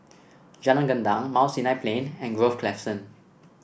Jalan Gendang Mount Sinai Plain and Grove Crescent